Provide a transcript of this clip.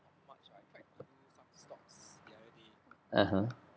uh huh